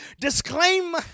disclaim